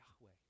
Yahweh